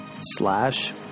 slash